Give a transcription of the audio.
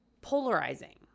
polarizing